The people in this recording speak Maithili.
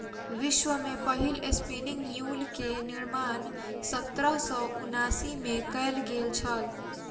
विश्व में पहिल स्पिनिंग म्यूल के निर्माण सत्रह सौ उनासी में कयल गेल छल